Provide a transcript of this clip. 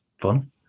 fun